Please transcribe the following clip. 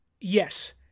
yes